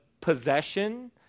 possession